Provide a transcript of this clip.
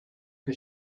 que